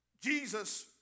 Jesus